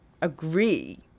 agree